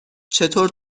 چطور